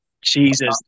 Jesus